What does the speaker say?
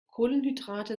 kohlenhydrate